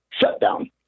shutdown